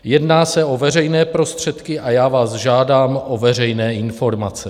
Jedná se o veřejné prostředky a já vás žádám o veřejné informace.